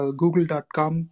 google.com